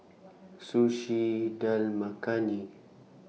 Sushi Dal Makhani